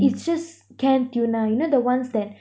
it's just canned tuna you know the ones that